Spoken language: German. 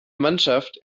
mannschaft